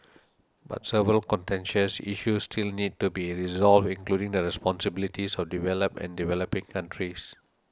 but several contentious issues still need to be resolved including the responsibilities of developed and developing countries